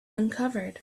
uncovered